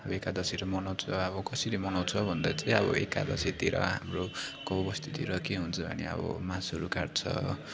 अब एकादशीहरू मनाउँछ अब कसरी मनाउँछ भन्दा चाहिँ अब एकादशीतिर हाम्रो गाउँबस्तीतिर के हुन्छ भने अब मासुहरू काट्छ